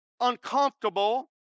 uncomfortable